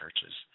churches